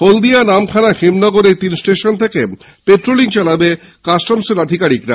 হলদিয়া নামখানা হেমনগর এই তিন ষ্টেশন থেকে পেট্রোলিং চালাবে কাস্টমসের আধিকারীকরা